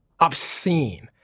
obscene